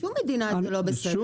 שום מדינה זה לא בסדר.